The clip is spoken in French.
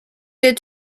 est